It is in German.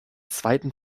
zweiten